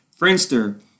Friendster